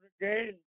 again